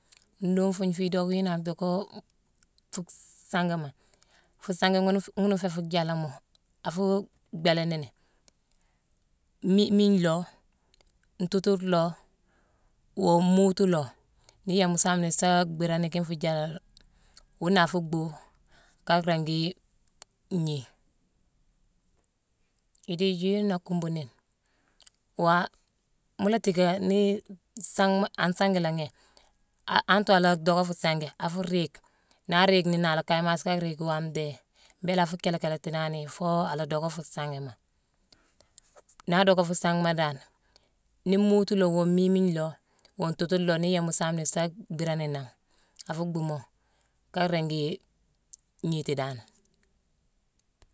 Nduufugna, fi idock yune adocko fu sangema. Fuu sange ghune- ghuna nféé fuu jaalama. A fu bhéélé nini. Mmiimigne loo, ntuutude loo, woo mmuutu loo, nii yémma saame ni saa bhiirani ghine fuu jaalama, wuna afu buu, ka ringi ngnii. Idiiji yuna akumbu ni, wa mu la tické nii sangma-an sangi langhi, ante a la docka fuu sangi, afu riik. Naa riik néénaa, a la kaye mass ka riik waame ndhéé. Mbééla afu kéle- kéléti naa yi foo ala docka fuu sangima. Naa docka fuu sangema dan, nii muutu loo, woo mmiimigne loo, ntuutude loo, ni yamma saame ni sa bhiirani nangh, afu bhuumo, a ringii gniiti dan